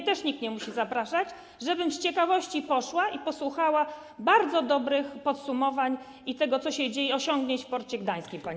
Mnie nikt nie musi zapraszać, żebym z ciekawości poszła i posłuchała bardzo dobrych podsumowań dotyczących tego, co się dzieje, osiągnięć w porcie gdańskim, pani poseł.